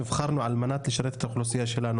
נבחרנו על מנת לשרת את האוכלוסייה שלנו,